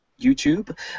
YouTube